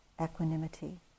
equanimity